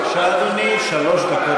בבקשה, אדוני, שלוש דקות